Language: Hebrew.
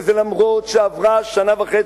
וזה אף שעברה שנה וחצי,